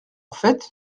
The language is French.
fait